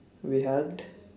we hugged